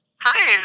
Hi